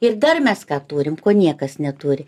ir dar mes ką turim ko niekas neturi